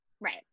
Right